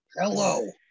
hello